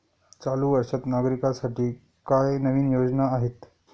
चालू वर्षात नागरिकांसाठी काय नवीन योजना आहेत?